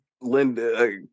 Linda